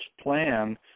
plan